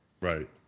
Right